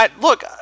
look